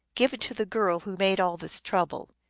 give it to the girl who made all this trouble.